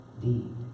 deed